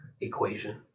equation